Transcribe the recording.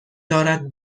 دارد